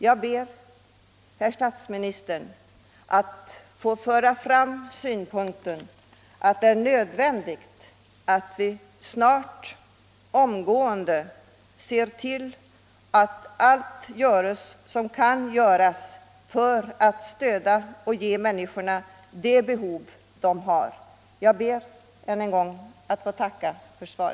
Måndagen den Jag vädjar till herr socialministern att omgående se till att allt göres 2 december 1974 som kan göras för att ge dessa människor den hjälp de behöver.